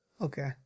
Okay